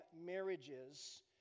marriages